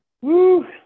Woo